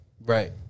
Right